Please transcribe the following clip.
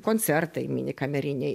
koncertai mini kameriniai